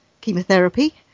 chemotherapy